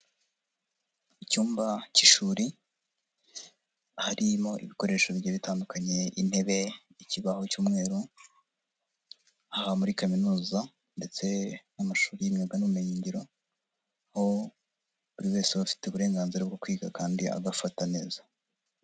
Icyumba k'ishuri harimo ibikoresho bigiye bitandukanye: intebe, ikibaho cy'umweru. Aha muri kaminuza ndetse n'amashuri y'imyuga n'ubumenyiyingiro aho buri wese afite uburenganzira bwo kwiga kandi agafata neza.